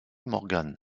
morgan